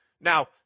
Now